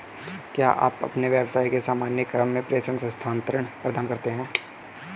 क्या आप अपने व्यवसाय के सामान्य क्रम में प्रेषण स्थानान्तरण प्रदान करते हैं?